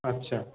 আচ্ছা